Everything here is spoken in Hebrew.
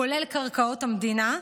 כולל קרקעות המדינה,